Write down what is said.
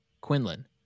Quinlan